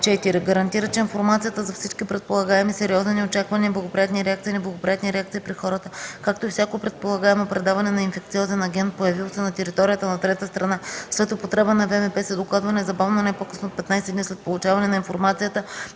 „4. гарантира, че информацията за всички предполагаеми сериозни неочаквани неблагоприятни реакции, неблагоприятни реакции при хората, както и всяко предполагаемо предаване на инфекциозен агент, появил се на територията на трета страна, след употреба на ВМП, се докладва незабавно, но не по-късно от 15 дни след получаване на информацията,